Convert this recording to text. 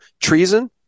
treason